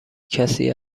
کسی